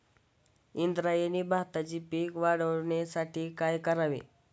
इंद्रायणी भाताचे पीक वाढण्यासाठी काय करावे?